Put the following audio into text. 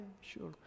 sure